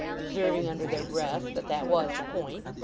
observing under their breaths that that was the point.